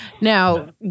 Now